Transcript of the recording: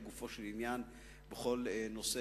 תוסיף